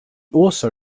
also